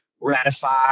ratify